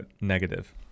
negative